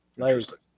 Interesting